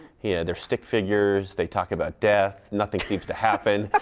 yeah they are stick figures, they talk about death, nothing seems to happen.